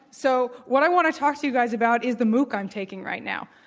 so what i want to talk to you guys about is the mooc i'm taking right now.